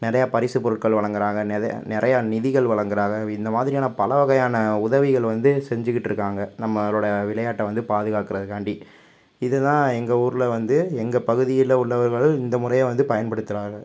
நிறையா பரிசு பொருட்கள் வழங்குறாங்க நிறைய நிறையா நிதிகள் வழங்குறாங்க இந்தமாதிரியான பல வகையான உதவிகள் வந்து செஞ்சுக்கிட்டு இருக்காங்க நம்மளோட விளையாட்டை வந்து பாதுகாக்கிறதுக்காண்டி இது தான் எங்கள் ஊரில் வந்து எங்கள் பகுதியில் உள்ளவர்கள் இந்த முறையை வந்து பயன்படுத்துகிறாங்க